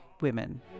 women